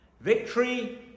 Victory